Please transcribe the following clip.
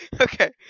Okay